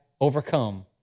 overcome